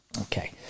Okay